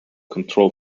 control